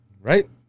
Right